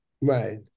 Right